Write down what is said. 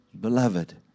beloved